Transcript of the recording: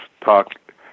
talk